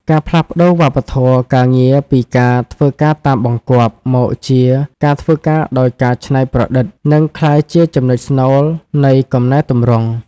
ការផ្លាស់ប្តូរវប្បធម៌ការងារពីការ "ធ្វើការតាមបង្គាប់" មកជា "ការធ្វើការដោយការច្នៃប្រឌិត" នឹងក្លាយជាចំណុចស្នូលនៃកំណែទម្រង់។